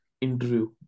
interview